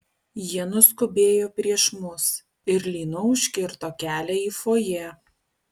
jie nuskubėjo prieš mus ir lynu užkirto kelią į fojė